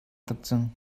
cang